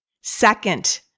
Second